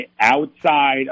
outside